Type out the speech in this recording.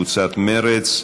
של קבוצת מרצ.